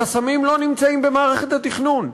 החסמים לא נמצאים במערכת התכנון.